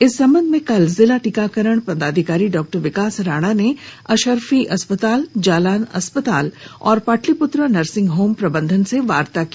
इस संबंध में कल जिला टीकाकरण पदाधिकारी डॉ विकास राणा ने अशर्फी अस्पताल जालान अस्पताल और पाटलिप्त्र नर्सिंग होम प्रबंधन से वार्ता की